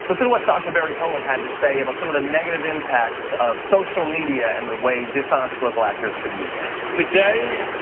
listen to what sacha baron cohen had to say about some of the negative impacts of social media and the way dishonest political actors have been using it. today,